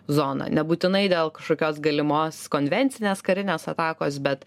zoną nebūtinai dėl kažkokios galimos konvencinės karinės atakos bet